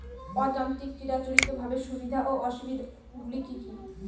অযান্ত্রিক চিরাচরিতভাবে সুবিধা ও অসুবিধা গুলি কি কি?